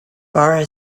barre